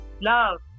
Love